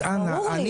אז אנא,